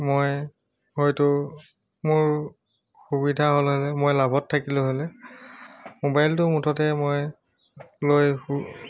মই হয়তো মোৰ সুবিধা হ'লহেঁতেন মই লাভত থাকিলো হ'লে মোবাইলটো মুঠতে মই লৈ সু